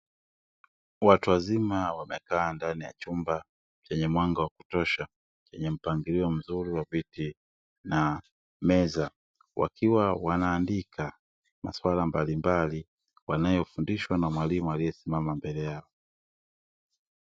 Watu wazima wamekaa ndani ya chumba chenye mwanga wa kutosha, chenye mpangilio mzuri wa viti na meza. Wakiwa wanaandika maswala mbalimbali wanayofundishwa na mwalimu aliyesimama mbele yao.